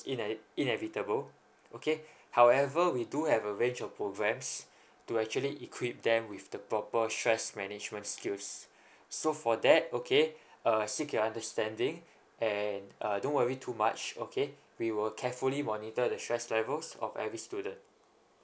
inevitable okay however we do have a range of programs to actually equip them with the proper stress management skills so for that okay uh seek your understanding and uh don't worry too much okay we will carefully monitor the stress levels of every student